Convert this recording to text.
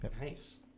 Nice